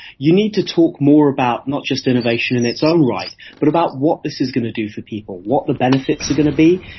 you need to talk more about not just innovation in its own right but about what this is going to do for people, what the benefits are going to be,